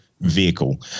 vehicle